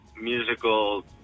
musical